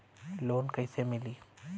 Loan कइसे मिलि?